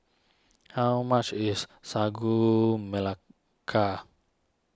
how much is Sagu Melaka